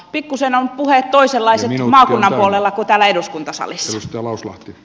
pikku sannan puhe toisenlaisen hallinnon huolella kun täällä eduskuntasalissa lauslahti